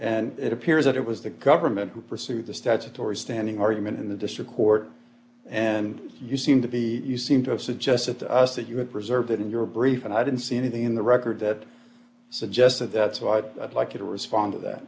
and it appears that it was the government who pursued the statutory standing argument in the district court d and you seem to be you seem to have suggested to us that you would preserve it in your brief and i don't see anything in the record that suggests that that's what i'd like you to respond to that